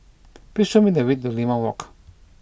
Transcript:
please show me the way to Limau Walk